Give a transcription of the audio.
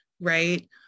right